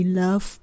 love